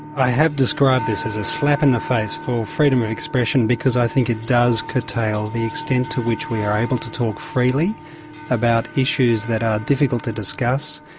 i have described this as a slap in the face for freedom of expression because i think it does curtail the extent to which we are able to talk freely about issues that are difficult to discuss,